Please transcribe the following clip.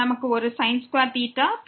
நாம் ஒரு ஐ கொண்டிருக்கிறோம்